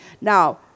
Now